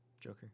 Joker